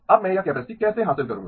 अब मैं यह कैपेसिटी कैसे हासिल करूंगा